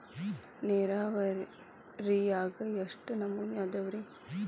ನೇರಾವರಿಯಾಗ ಎಷ್ಟ ನಮೂನಿ ಅದಾವ್ರೇ?